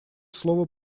слово